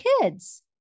kids